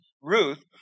Ruth